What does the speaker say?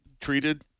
treated